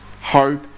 hope